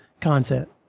content